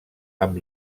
amb